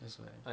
what's why